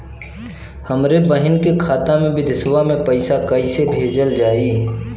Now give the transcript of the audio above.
हमरे बहन के खाता मे विदेशवा मे पैसा कई से भेजल जाई?